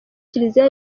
kiliziya